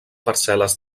parcel·les